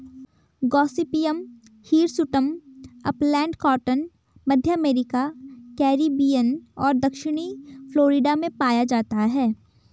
Gossypium hirsutum upland cotton, मध्य America, Caribbean और दक्षिणी फ्लोरिडा में पाया जाता है